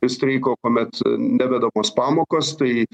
streiko kuomet nevedamos pamokos tai